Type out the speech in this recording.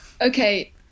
Okay